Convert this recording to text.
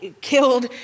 killed